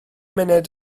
munud